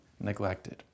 neglected